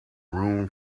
room